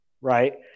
right